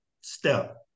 step